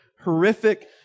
horrific